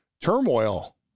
turmoil